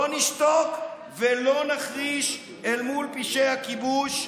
לא נשתוק ולא נחריש אל מול פשעי הכיבוש,